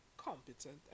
Competent